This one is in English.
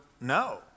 no